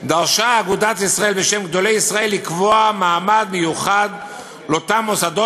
דרשה אגודת ישראל בשם גדולי ישראל לקבוע מעמד מיוחד לאותם מוסדות,